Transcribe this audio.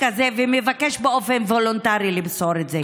הזה ומבקש באופן וולונטרי למסור את זה.